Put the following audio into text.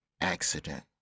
accident